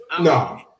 No